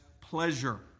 pleasure